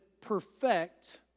perfect